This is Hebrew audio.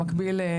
במקביל,